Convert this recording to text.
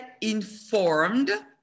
informed